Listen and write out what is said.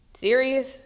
Serious